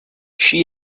she